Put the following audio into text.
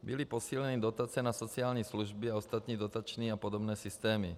Byly posíleny dotace na sociální služby a ostatní dotační a podobné systémy.